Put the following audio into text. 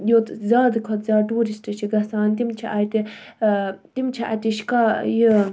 یوٛت زیادٕ کھۄتہٕ زیادٕ ٹیورِسٹ چھِ گَژھان تِم چھِ اَتہِ تِم چھِ اَتِچ کا یہِ